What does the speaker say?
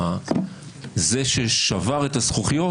זה ששבר את הזכוכיות,